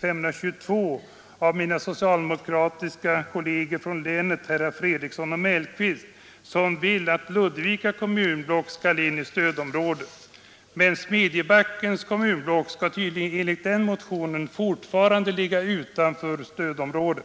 522 av mina socialdemokratiska kolleger från länet, herrar Fredriksson och Mellqvist, som vill att Ludvika kommunblock skall in i stödområdet men att Smedjebackens kommunblock enligt den motionen fortfarande skall ligga utanför stödområdet.